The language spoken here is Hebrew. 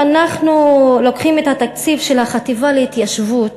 אם אנחנו לוקחים את התקציב של החטיבה להתיישבות,